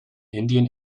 indian